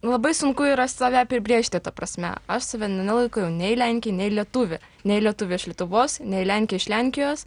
labai sunku yra save apibrėžti ta prasme aš save ne nelaikau jau nei lenke nei lietuve nei lietuve iš lietuvos nei lenke iš lenkijos